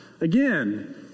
again